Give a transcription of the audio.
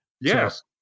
Yes